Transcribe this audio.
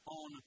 on